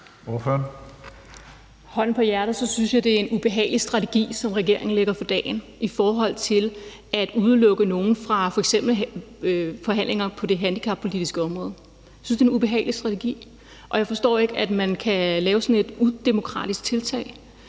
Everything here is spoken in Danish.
hånden på hjertet synes jeg, det er en ubehagelig strategi, som regeringen lægger for dagen i forhold til at udelukke nogen fra f.eks. forhandlinger på det handicappolitiske område. Jeg synes, det er en ubehagelig strategi, og jeg forstår ikke, at man kan lave sådan et udemokratisk tiltag.